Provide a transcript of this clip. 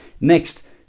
next